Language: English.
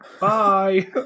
Bye